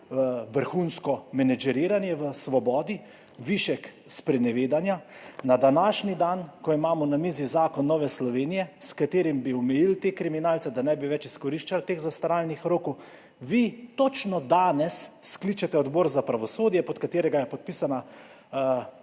Vrhunsko menedžiranje v Svobodi, višek sprenevedanja. Na današnji dan, ko imamo na mizi zakon Nove Slovenije, s katerim bi omejili te kriminalce, da ne bi več izkoriščali teh zastaralnih rokov, vi točno danes skličete odbor za pravosodje, pod katerega je podpisana